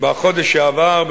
בחודש שעבר,